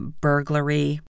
burglary